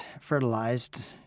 fertilized